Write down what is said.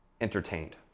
entertained